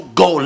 go